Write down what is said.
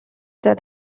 that